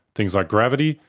things like gravity,